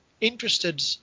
interested